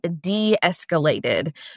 de-escalated